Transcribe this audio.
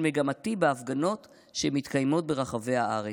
מגמתי בהפגנות שמתקיימות ברחבי הארץ.